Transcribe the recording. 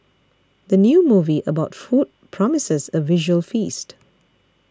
the new movie about food promises a visual feast